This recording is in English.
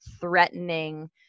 threatening